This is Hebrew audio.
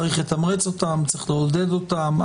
צריך לתמרץ, לעודד אותם.